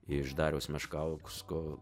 iš dariaus meškausko